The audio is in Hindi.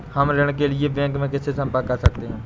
हम ऋण के लिए बैंक में किससे संपर्क कर सकते हैं?